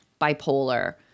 bipolar